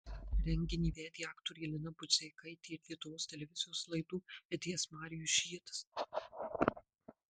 renginį vedė aktorė lina budzeikaitė ir lietuvos televizijos laidų vedėjas marijus žiedas